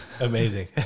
Amazing